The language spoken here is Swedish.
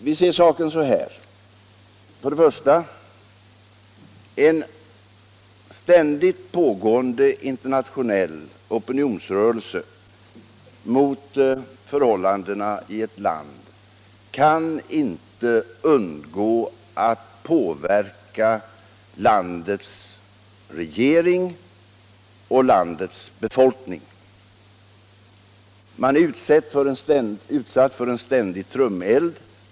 Vi ser saken så, att en ständigt pågående internationell opinionsrörelse mot förhållandena i detta land inte kan undgå att påverka landets regering och landets befolkning. Man är utsatt för en oavbruten trumeld.